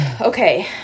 Okay